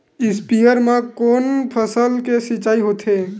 स्पीयर म कोन फसल के सिंचाई होथे?